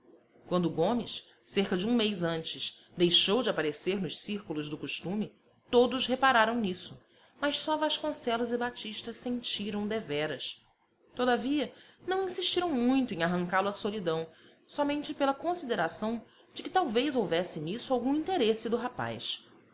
quando gomes cerca de um mês antes deixou de aparecer nos círculos do costume todos repararam nisso mas só vasconcelos e batista sentiram deveras todavia não insistiram muito em arrancá-lo à solidão somente pela consideração de que talvez houvesse nisso algum interesse do rapaz